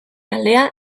alea